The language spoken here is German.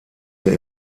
der